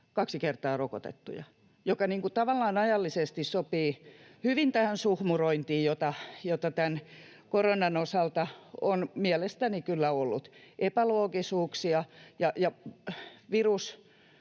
kaksi kertaa rokotettuja, mikä tavallaan ajallisesti sopii hyvin tähän suhmurointiin, jota tämän koronan osalta on mielestäni kyllä ollut, epäloogisuuksia.